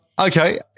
Okay